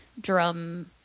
drum